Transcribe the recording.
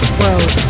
world